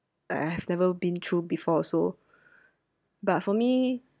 that I have never been through before also but for me